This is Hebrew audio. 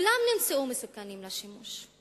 וכולם נמצאו מסוכנים לשימוש.